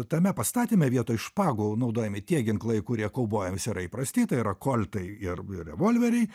tame pastatyme vietoj špagų naudojami tie ginklai kurie kaubojams yra įprasti tai yra koltai ir revolveriai